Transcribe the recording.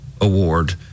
Award